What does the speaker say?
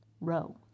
Row